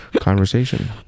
conversation